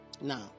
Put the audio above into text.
Now